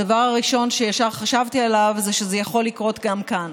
הדבר הראשון שישר חשבתי עליו זה שזה יכול לקרות גם כאן.